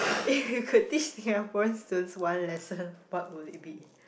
if you could teach Singaporeans students one lesson what would it be